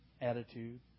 attitude